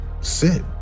sit